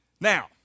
Now